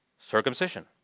circumcision